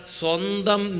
Sondam